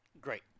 great